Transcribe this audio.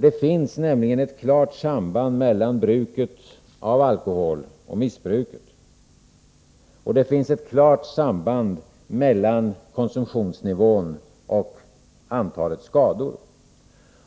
Det finns nämligen ett klart samband mellan bruket av alkohol och missbruket. Och det finns ett klart samband mellan konsumtionsnivån och antalet skador.